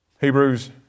Hebrews